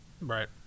Right